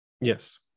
Yes